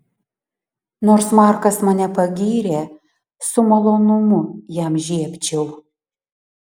nors markas mane pagyrė su malonumu jam žiebčiau